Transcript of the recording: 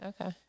Okay